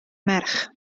merch